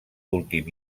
últim